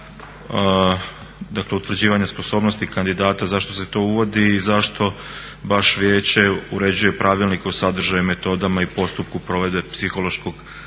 dakle utvrđivanja sposobnosti kandidata zašto se to uvodi i zašto vijeće uređuje pravilnike o sadržaju, metodama i postupku provedbe psihološkog testiranja,